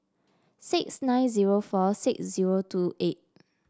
six nine zero four six zero two eight